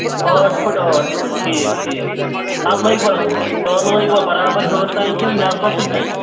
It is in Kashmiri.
ٲٹھ پھٕٹہٕ ٲٹھ پھٕٹہٕ ٹھیٖک ٹھیٖک اَتھ لٲگۍوَس ٹٲل لٲگۍوا برابر ہیوٚر تام کِنہٕ نٮ۪صبَسٕے تام